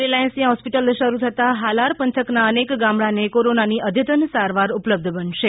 રીલાયન્સની આ હોસ્પિટલ શરૂ થતાં હાલાર પંથકના અનેક ગામડાને કોરોનાની અધ્યતન સારવાર ઉપલબ્ધ બનશે